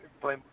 play